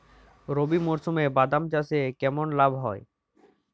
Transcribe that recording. রবি মরশুমে বাদাম চাষে কেমন লাভ হয়?